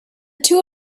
two